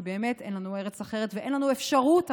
כי באמת אין לנו ארץ אחרת ואין לנו אפשרות אחרת.